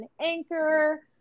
Anchor